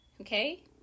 okay